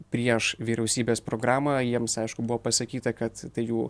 prieš vyriausybės programą jiems aišku buvo pasakyta kad tai jų